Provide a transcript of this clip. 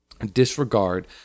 disregard